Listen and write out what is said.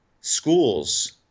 schools